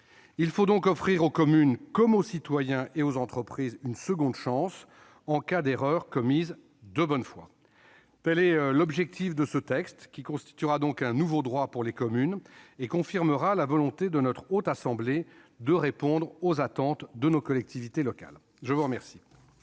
Il faut donc offrir aux communes comme aux citoyens et aux entreprises une seconde chance en cas d'erreur commise de bonne foi. Tel est l'objectif de ce texte, qui constituera donc un « nouveau » droit pour les communes et confirmera la volonté de la Haute Assemblée de répondre aux attentes de nos collectivités locales. La parole